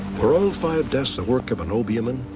were all five deaths the work of an obeah man?